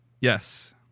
Yes